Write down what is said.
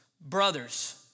brothers